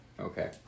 Okay